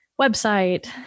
website